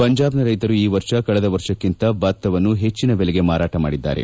ಪಂಜಾಬ್ನ ರೈತರು ಈ ವರ್ಷ ಕಳೆದ ವರ್ಷಕ್ಕಿಂತ ಭತ್ತವನ್ನು ಹೆಚ್ಚಿನ ಬೆಲೆಗೆ ಮಾರಾಟ ಮಾಡಿದ್ದಾರೆ